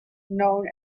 known